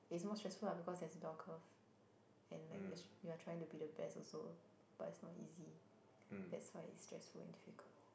it's more stressful lah because there's a bell curve and like you you are trying to be the best but it's not easy that's why it's stressful and difficult